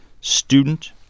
student